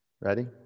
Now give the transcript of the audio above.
ready